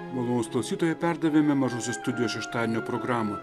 malonaus klausytojai perdavėme mažosios studijos šeštadienio programą